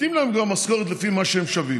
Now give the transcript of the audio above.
נותנים להם משכורת לפי מה שהם שווים,